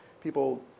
people